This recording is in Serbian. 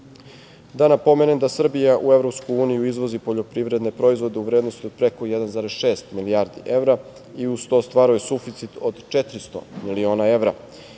na pomenem da Srbija u EU izvozi poljoprivredne proizvode u vrednosti od preko 1,6 milijardi evra i uz to ostvaruje suficit od 400 miliona evra.